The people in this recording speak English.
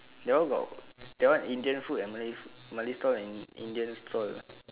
that one got that one indian food and malay food malay stall and indian stall